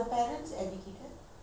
um